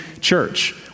church